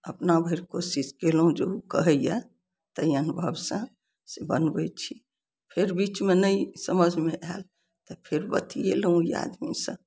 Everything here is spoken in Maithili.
अपना भरि कोशिश केयलहुँ जे ओ कहयए तै अनुभवसँ बनबय छी फेर बीचमे नहि समझमे आयल तऽ फेर बतियेलहुँ ओइ आदमीसँ